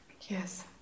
Yes